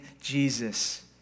Jesus